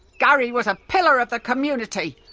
gary was a pillar of the community.